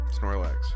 Snorlax